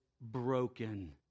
broken